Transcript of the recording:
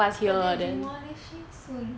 but they demolishing soon